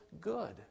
good